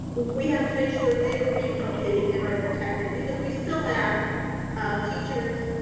we have to make sure they remain healthy and are protected because we still have teachers